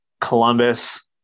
Columbus